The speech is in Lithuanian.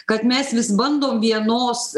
kad mes vis bandom vienos